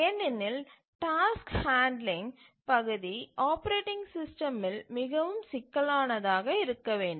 ஏனெனில் task handling பகுதி operating சிஸ்டமில் மிகவும் சிக்கலானதாக இருக்க வேண்டும்